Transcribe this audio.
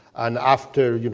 and after you know